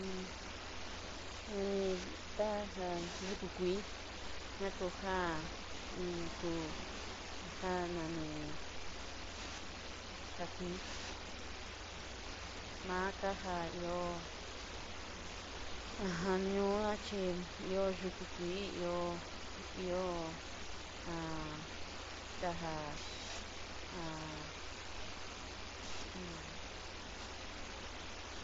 nani taja yukú kuii, ñakoja akuu aja nani akuii makaja ihó ajan ñonaxhí ihó yukú kuii ihó ihó ta